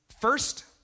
first